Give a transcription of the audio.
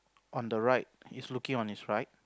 on the right is looking on its right